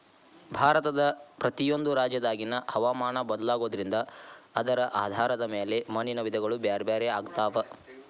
ಭಾರತದ ಪ್ರತಿಯೊಂದು ರಾಜ್ಯದಾಗಿನ ಹವಾಮಾನ ಬದಲಾಗೋದ್ರಿಂದ ಅದರ ಆಧಾರದ ಮ್ಯಾಲೆ ಮಣ್ಣಿನ ವಿಧಗಳು ಬ್ಯಾರ್ಬ್ಯಾರೇ ಆಗ್ತಾವ